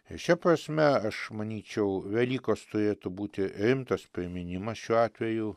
ir šia prasme aš manyčiau velykos turėtų būti rimtas priminimas šiuo atveju